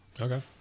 Okay